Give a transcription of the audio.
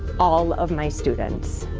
all of my students.